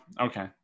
Okay